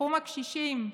תחום הקשישים.